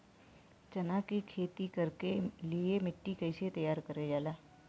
चना की खेती कर के लिए मिट्टी कैसे तैयार करें जाला?